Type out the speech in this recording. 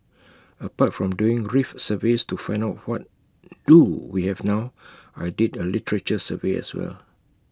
apart from doing reef surveys to find out what do we have now I did A literature survey as well